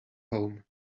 home